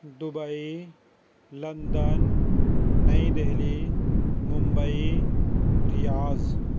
Dubai London New Delhi Mumbai Riyadh